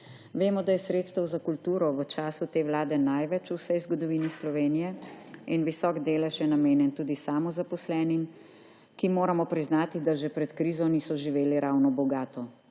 Vemo, da je sredstev za kulturo v času te vlade največ v vseh zgodovini Slovenije in visok delež je namenjen tudi samozaposlenim, ki moramo priznati, da že pred krizo niso živeli ravno bogato.